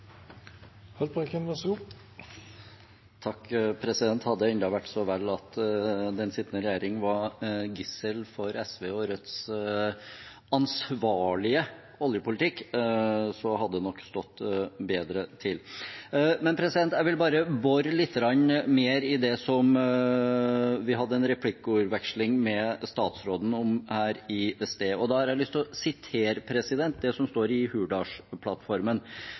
og Rødts ansvarlige oljepolitikk, hadde det nok stått bedre til. Jeg vil bare bore lite grann mer i det som vi hadde en replikkordveksling med statsråden om her i sted. Da har jeg lyst til å sitere det som står i Hurdalsplattformen.